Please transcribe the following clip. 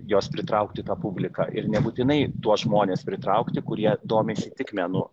jos pritraukti tą publiką ir nebūtinai tuos žmones pritraukti kurie domisi tik menu